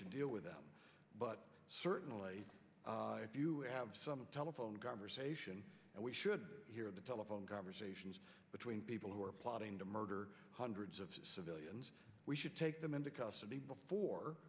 should deal with them but certainly if you have some telephone conversation and we should hear the telephone conversations between people who are plotting to murder hundreds of civilians we should take them into custody before